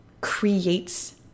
creates